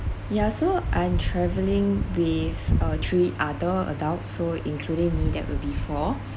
yeah so I am travelling with uh three other adults so including me that will be four